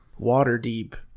Waterdeep